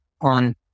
on